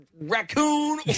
raccoon